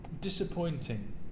disappointing